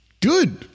good